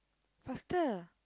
faster